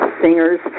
singers